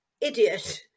idiot